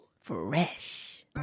Fresh